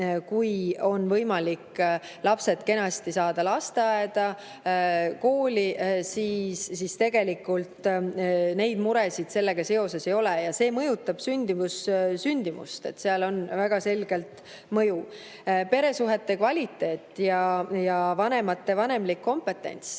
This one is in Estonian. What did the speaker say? kui on võimalik lapsed kenasti saada lasteaeda ja kooli, siis tegelikult neid muresid sellega seoses ei ole. Ja see mõjutab sündimust, seal on väga selge mõju. Peresuhete kvaliteet ja vanemate vanemlik kompetents